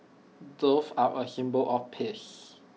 doves are A symbol of peace